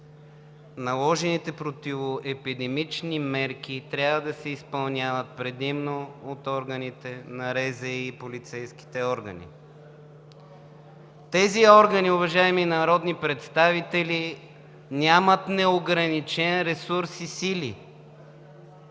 наложените противоепидемични мерки трябва да се изпълняват предимно от органите на РЗИ и полицейските органи. Тези органи, уважаеми народни представители, нямат неограничен ресурс и сили.